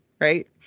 Right